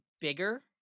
bigger